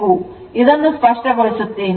ಇದನ್ನು ಸ್ಪಷ್ಟಗೊಳಿಸುತ್ತೇನೆ